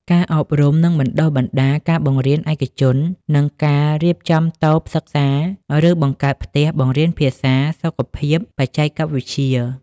ការអប់រំ និងបណ្តុះបណ្តាលការបង្រៀនឯកជននិងការរៀបចំតូបសិក្សាឬបង្កើតផ្ទះបង្រៀនភាសា សុខភាព បច្ចេកវិទ្យា។